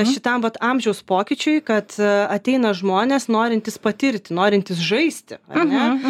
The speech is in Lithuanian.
šitam vat amžiaus pokyčiui kad ateina žmonės norintys patirti norintys žaisti ar ne